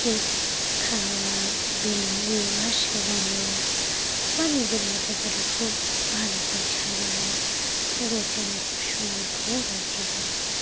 cake খাওয়া balloon দিয়ে ঘাস সাজানো বা নিজের মতো করে খুব ভালো করে সাজানো গোছানো খুব সুন্দর করে হয়েছিল আমার ছেলেকে